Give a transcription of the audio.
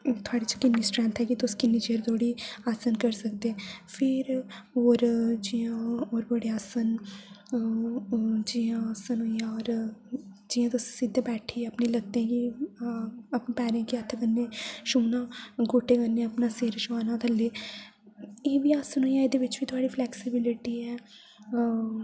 थुआढ़े च कि'न्नी स्ट्रैंथ ऐ कि तुस कि'न्ने चिर धोड़ी आसन करी सकदे फिर होर जि'यां ओह् होर बड़े आसन न अ अ जि'यां आसन होइया होर जि'यां तुस सिद्धे बैठिये अपनी लत्तें गी अ पैरें गी हत्थ कन्नै छूह्ना गोड्डें कन्नै अपना सिर छोहाना ते एह् बी आसन ऐ एह्दे बिच बी थुआढ़ी फ्लैक्सिबिलिटी ऐ